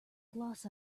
gloss